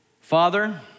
Father